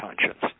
conscience